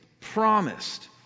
promised